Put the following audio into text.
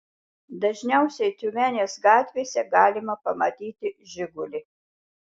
dažniausiai tiumenės gatvėse galima pamatyti žigulį